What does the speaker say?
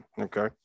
okay